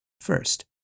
First